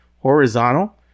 horizontal